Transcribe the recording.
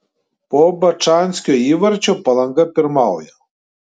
po bačanskio įvarčio palanga pirmauja